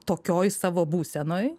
tokioj savo būsenoj